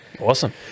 Awesome